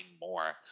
more